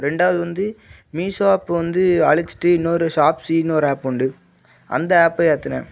இரண்டாவது வந்து Meesho app வந்து அழிச்சிட்டு இன்னொரு ஷாப்ஸின்னு ஒரு ஆப் உண்டு அந்த ஆப்பை ஏற்றினேன்